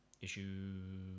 issue